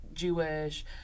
Jewish